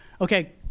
Okay